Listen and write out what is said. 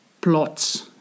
plots